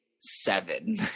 seven